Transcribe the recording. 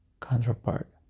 counterpart